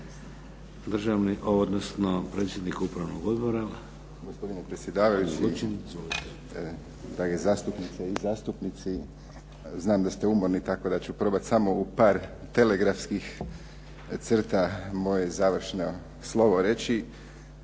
za znanost i predsjednik Upravnog odbora